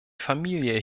familie